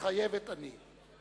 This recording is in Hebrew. "מתחייבת אני".